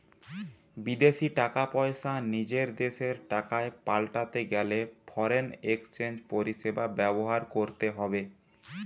বিদেশী টাকা পয়সা নিজের দেশের টাকায় পাল্টাতে গেলে ফরেন এক্সচেঞ্জ পরিষেবা ব্যবহার করতে হবে